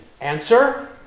Answer